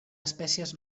espècies